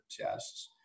tests